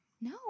No